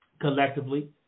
collectively